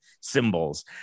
symbols